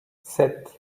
sept